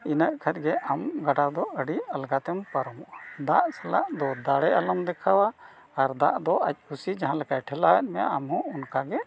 ᱤᱱᱟᱹᱜ ᱠᱷᱟᱱ ᱜᱮ ᱟᱢ ᱜᱟᱰᱟ ᱫᱚ ᱟᱹᱰᱤ ᱟᱞᱜᱟ ᱛᱮᱢ ᱯᱟᱨᱚᱢᱚᱜᱼᱟ ᱫᱟᱜ ᱥᱟᱞᱟᱜ ᱫᱚ ᱫᱟᱲᱮ ᱟᱞᱚᱢ ᱫᱮᱠᱷᱟᱣᱟ ᱟᱨ ᱫᱟᱜ ᱫᱚ ᱟᱡ ᱠᱩᱥᱤ ᱡᱟᱦᱟᱸ ᱞᱮᱠᱟᱭ ᱴᱷᱮᱞᱟᱣᱮᱫ ᱢᱮᱭᱟ ᱟᱢ ᱦᱚᱸ ᱚᱱᱠᱟᱜᱮ